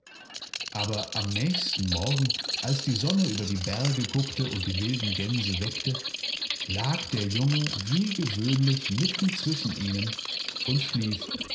lägenuntotimunterholz wosieihnnichtsehenkonnten aberamnächsten morgen als die sonne über die berge guckte und die wilden gänse weckte lag der junge wie gewöhnlich mitten zwischen ihnen und schlief